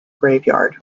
graveyard